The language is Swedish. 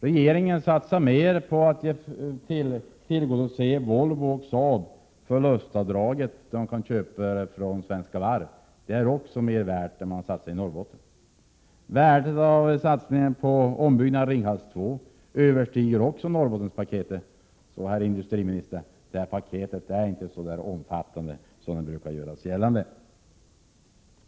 Regeringen satsar mer för att tillgodose Volvo och Saab när det gäller förlustavdraget, så att de kan köpa från Svenska Varv — det är också mer värt än att satsa i Norrbotten. Värdet av satsningen på ombyggnad av Ringhals 2 överstiger också Norrbottenspaketet. Så det paketet, herr industriminister, är inte så där omfattande som man brukar göra gällande.